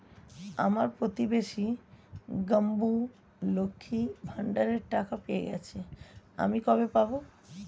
আমার প্রতিবেশী গাঙ্মু, লক্ষ্মীর ভান্ডারের টাকা পেয়ে গেছে, আমি কবে পাব?